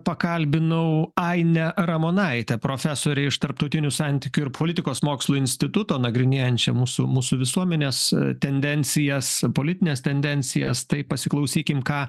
pakalbinau ainę ramonaitę profesorę iš tarptautinių santykių ir politikos mokslų instituto nagrinėjančią mūsų mūsų visuomenės tendencijas politines tendencijas tai pasiklausykim ką